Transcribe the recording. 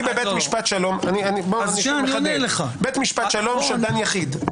בית משפט שלום של דן יחיד.